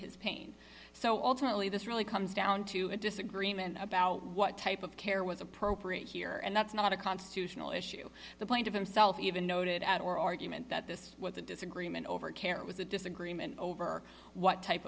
his pain so alternately this really comes down to a disagreement about what type of care was appropriate here and that's not a constitutional issue the point of himself even noted at or argument that this was a disagreement over care was a disagreement over what type